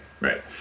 right